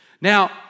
Now